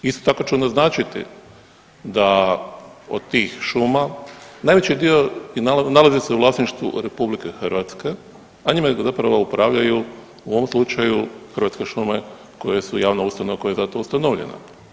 Isto tako ću naznačiti da od tih šuma najveći dio nalazi se u vlasništvu RH, a njima zapravo upravljaju u ovom slučaju Hrvatske šume koje su javna ustanova koja je za to ustanovljena.